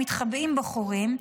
הם מתחבאים בחורים,